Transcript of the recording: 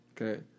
Okay